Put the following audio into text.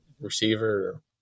receiver